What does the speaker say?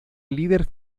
líder